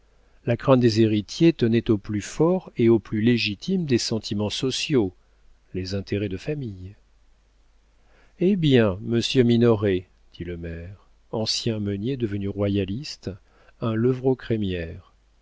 la crainte des héritiers tenait aux plus forts et aux plus légitimes des sentiments sociaux les intérêts de famille eh bien monsieur minoret dit le maire ancien meunier devenu royaliste un levrault crémière quand le